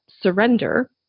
surrender